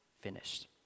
finished